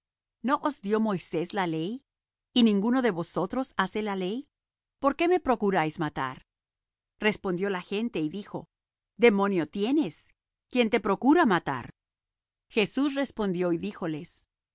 no os dió moisés la ley y ninguno de vosotros hace la ley por qué me procuráis matar respondió la gente y dijo demonio tienes quién te procura matar jesús respondió y díjoles una